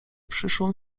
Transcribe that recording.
przyszłą